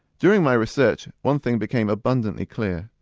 during my research one thing became abundantly clear.